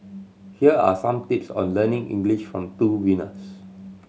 here are some tips on learning English from two winners